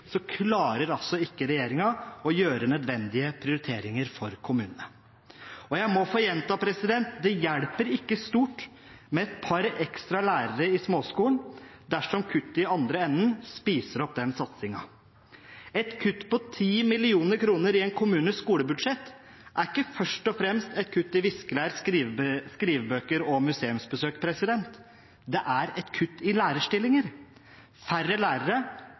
ikke klarer å gjøre nødvendige prioriteringer for kommunene. Jeg må få gjenta: Det hjelper ikke stort med et par ekstra lærere i småskolen dersom kuttet i andre enden spiser opp den satsingen. Et kutt på 10 mill. kr i en kommunes skolebudsjett er ikke først og fremst et kutt i viskelær, skrivebøker og museumsbesøk – det er et kutt i lærerstillinger. Det blir færre lærere